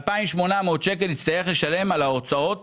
2,800 שקלים בחודש שהוא יצטרך לשלם עבור ההוצאות